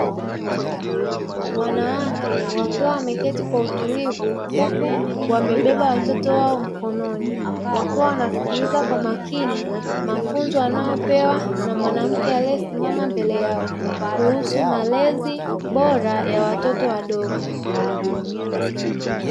Wanawake wakiwa wameketi kwa utulivu huku wamebeba watoto wao mkononi, wakiwa wanasikiliza kwa makini mafunzo wanayopewa na mwanamke aliyesimama mbele yao, kuhusu malezi bora ya watoto wadogo.